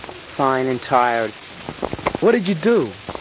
fine and tired what did you do?